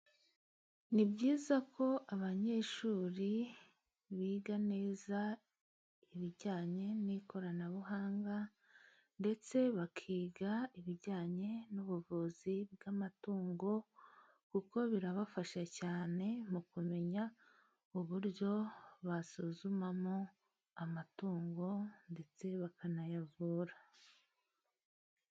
Ni byiza ko abanyeshuri biga neza ibijyanye n'ikoranabuhanga, ndetse bakiga ibijyanye n'ubuvuzi bw'amatungo, kuko birabafasha cyane mu kumenya uburyo basuzumamo amatungo ndetse bakanayavura.